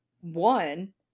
one